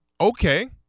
Okay